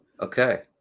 Okay